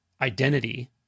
identity